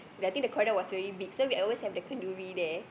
the I think the corridor was very big so we always have the kenduri there